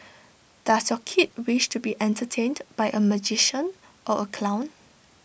does your kid wish to be entertained by A magician or A clown